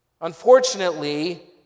Unfortunately